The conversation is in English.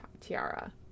tiara